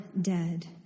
dead